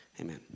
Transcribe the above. Amen